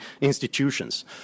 institutions